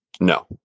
No